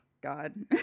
God